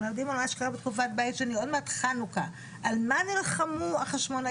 קיים לאורך עשרות דורות של